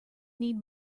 need